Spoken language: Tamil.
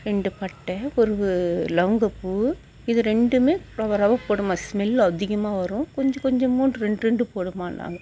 ரெண்டு பட்டை ஒரு லவங்கம் பூ இது ரெண்டும் ரவரவ போடும்மா ஸ்மெல்லு அதிகமாக வரும் கொஞ்சம் கொஞ்சமாக ரெண்டுரெண்டு போடுமான்னாங்க